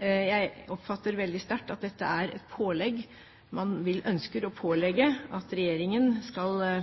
Jeg oppfatter veldig sterkt at dette er et pålegg. Man ønsker å pålegge regjeringen at den igjen skal